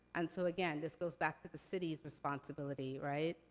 and so again, this goes back to the city's responsibility, right?